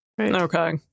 Okay